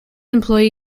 employee